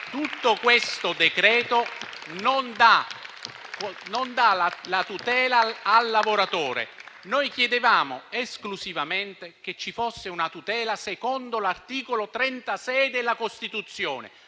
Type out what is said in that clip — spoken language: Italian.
questo decreto non dà tutele al lavoratore. Noi chiedevamo esclusivamente che ci fosse una tutela secondo l'articolo 36 della Costituzione,